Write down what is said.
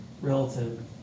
relative